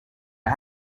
are